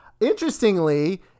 interestingly